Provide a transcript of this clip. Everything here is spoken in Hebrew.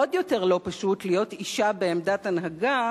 ועוד יותר לא פשוט להיות אשה בעמדת הנהגה